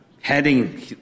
heading